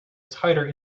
tighter